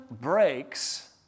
breaks